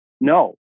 No